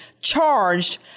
charged